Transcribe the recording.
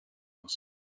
muss